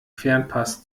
fernpass